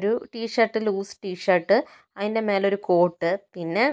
ഒരു T-shirt loose T-shirt അതിന്റെ മേലൊരു കോട്ട് പിന്നെ